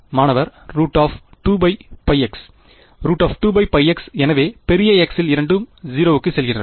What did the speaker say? மாணவர் 2x 2x எனவே பெரிய x இல் இரண்டும் 0 க்குச் செல்கின்றன